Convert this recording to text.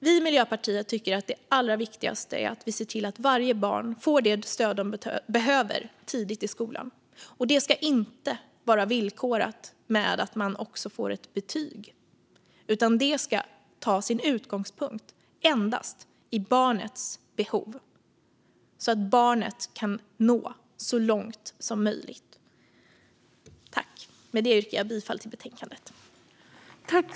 Vi i Miljöpartiet tycker att det allra viktigaste är att vi ser till att varje barn får det stöd det behöver tidigt i skolan. Det ska inte vara villkorat med att man också får ett betyg, utan det ska ta sin utgångspunkt endast i barnets behov så att barnet kan nå så långt som möjligt. Med det yrkar jag bifall till utskottets förslag.